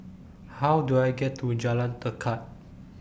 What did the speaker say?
How Do I get to Jalan Tekad